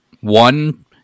one